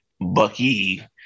Bucky